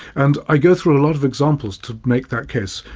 and i go through a lot of examples to make that case.